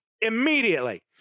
immediately